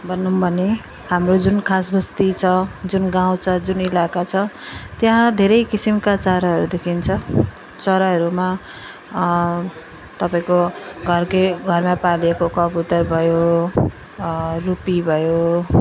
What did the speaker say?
भनौँ भने हाम्रो जुन खासबस्ती छ जुन गाउँ छ जुन इलाका छ त्यहाँ धेरै किसिमका चराहरू देखिन्छ चराहरूमा तपाईँको घरको घरमा पालेको कबुतर भयो रुपी भयो